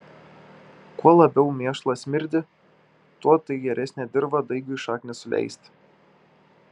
kuo labiau mėšlas smirdi tuo tai geresnė dirva daigui šaknis suleisti